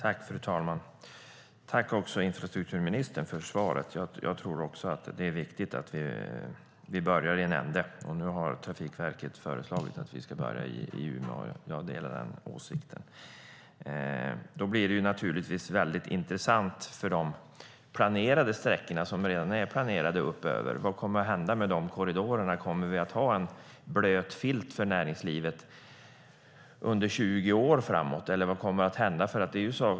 Fru talman! Jag tackar infrastrukturministern för svaret. Jag tror också att det är viktigt att vi börjar i en ände, och nu har Trafikverket föreslagit att vi ska börja i Umeå. Jag delar den åsikten. Då blir det naturligtvis väldigt intressant med de sträckor som redan är planerade uppåt. Vad kommer att hända med dessa korridorer? Kommer vi att ha en blöt filt för näringslivet under 20 år framåt, eller vad kommer att hända?